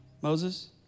Moses